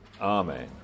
Amen